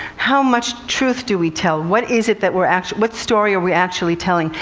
how much truth do we tell? what is it that we're actually what story are we actually telling?